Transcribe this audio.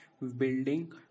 building